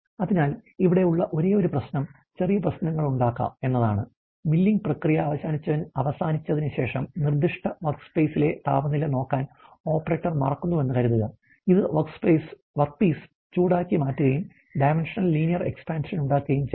അതിനാൽ ഇവിടെയുള്ള ഒരേയൊരു പ്രശ്നം ചെറിയ പ്രശ്നങ്ങളുണ്ടാകാം എന്നതാണ് മില്ലിംഗ് പ്രക്രിയ അവസാനിച്ചതിനുശേഷം നിർദ്ദിഷ്ട വർക്ക്പീസിലെ താപനില നോക്കാൻ ഓപ്പറേറ്റർ മറക്കുന്നുവെന്ന് കരുതുക ഇത് വർക്ക് പീസ് ചൂടാക്കി മാറ്റുകയും ഡൈമൻഷണൽ ലീനിയർ എക്സ്പാൻഷൻ ഉണ്ടാകുകയും ചെയ്യും